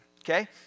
Okay